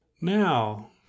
Now